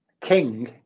King